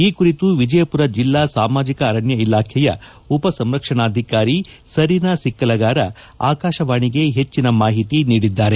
ಈ ಕುರಿತು ವಿಜಯಪುರ ಜಿಲ್ಲಾ ಸಾಮಾಜಿಕ ಅರಣ್ಯ ಇಲಾಖೆಯ ಉಪ ಸಂರಕ್ಷಣಾಧಿಕಾರಿ ಸರೀನಾ ಸಿಕ್ಕಲಗಾರ ಆಕಾಶವಾಣಿಗೆ ಹೆಚ್ಚಿನ ಮಾಹಿತಿ ನೀಡಿದ್ದಾರೆ